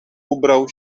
ubrał